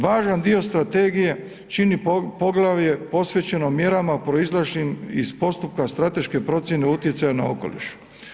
Važan dio strategije čini poglavlje posvećeno mjerama proizašlim iz postupka strateške procijene utjecaja na okoliš.